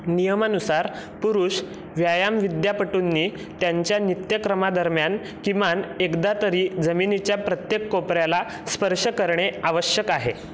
नियमानुसार पुरुष व्यायामविद्यापटूंनी त्यांच्या नित्यक्रमादरम्यान किमान एकदा तरी जमिनीच्या प्रत्येक कोपऱ्याला स्पर्श करणे आवश्यक आहे